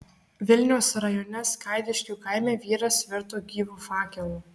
vilniaus rajone skaidiškių kaime vyras virto gyvu fakelu